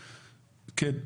כן,